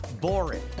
boring